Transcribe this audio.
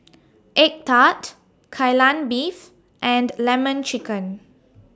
Egg Tart Kai Lan Beef and Lemon Chicken